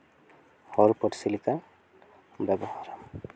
ᱦᱚᱲ ᱯᱟᱹᱨᱥᱤ ᱞᱮᱠᱟ ᱵᱮᱣᱦᱟᱨᱟᱢ